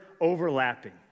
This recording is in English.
overlapping